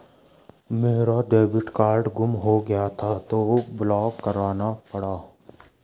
मेरा debit card गुम हो गया था तो ब्लॉक करना पड़ा